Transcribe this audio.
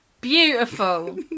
Beautiful